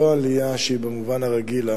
לא עלייה שהיא במובן הרגיל,